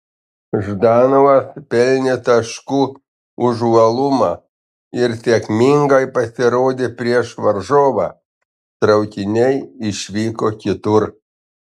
ždanovas pelnė taškų už uolumą ir sėkmingai pasirodė prieš varžovą traukiniai išvyko kitur